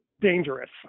dangerous